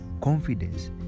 confidence